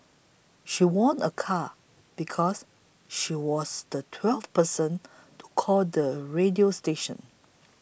she won a car because she was the twelfth person to call the radio station